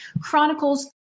chronicles